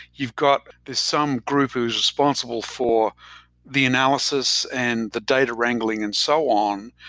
you've got this some group who's responsible for the analysis and the data wrangling and so on.